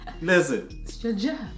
Listen